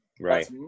Right